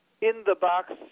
in-the-box